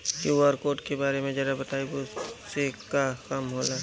QR code के बारे में जरा बताई वो से का काम होला?